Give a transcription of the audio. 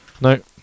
No